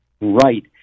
Right